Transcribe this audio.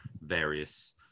various